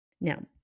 Now